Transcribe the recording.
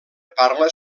parla